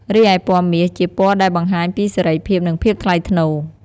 រីឯពណ៌មាស ជាពណ៌ដែលបង្ហាញពីសេរីភាព និងភាពថ្លៃថ្នូរ។